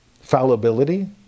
fallibility